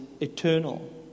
eternal